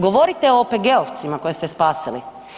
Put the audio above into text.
Govorite o OPG-ovcima koje ste spasili.